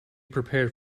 prepared